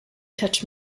touch